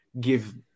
give